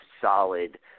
solid